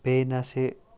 بیٚیہِ نہ سے